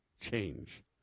change